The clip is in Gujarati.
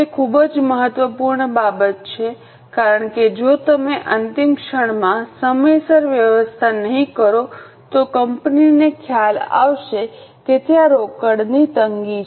તે ખૂબ જ મહત્વપૂર્ણ બાબત છે કારણ કે જો તમે અંતિમ ક્ષણમાં સમયસર વ્યવસ્થા નહીં કરો તો કંપનીને ખ્યાલ આવશે કે ત્યાં રોકડની તંગી છે